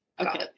Okay